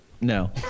No